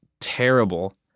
terrible